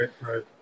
right